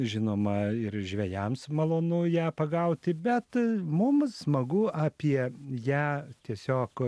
žinoma ir žvejams malonu ją pagauti bet mums smagu apie ją tiesiog